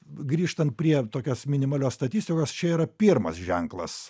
grįžtant prie tokios minimalios statistikos čia yra pirmas ženklas